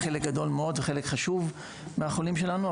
חלק גדול מאוד וחלק חשוב מהחולים שלנו,